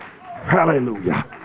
Hallelujah